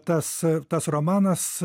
tas tas romanas